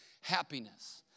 happiness